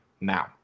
now